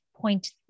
point